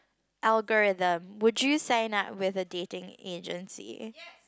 algorithm would you sign up with a dating agency